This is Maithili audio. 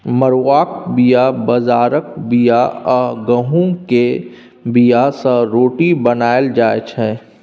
मरुआक बीया, बजराक बीया आ गहुँम केर बीया सँ रोटी बनाएल जाइ छै